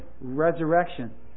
resurrection